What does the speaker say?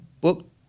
book